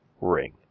ring